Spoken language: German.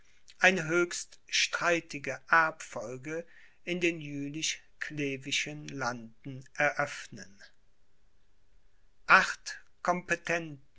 eine höchst streitige erbfolge in den jülichclevischen landen eröffnen